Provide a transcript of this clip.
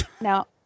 Now